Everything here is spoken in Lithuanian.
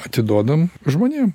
atiduodam žmonėm